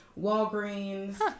Walgreens